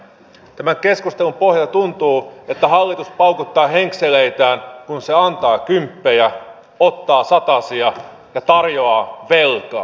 tämän keskustelun pohjalta tuntuu että hallitus paukuttaa henkseleitään kun se antaa kymppejä ottaa satasia ja tarjoaa velkaa